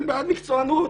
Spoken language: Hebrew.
אני בעד מקצוענות.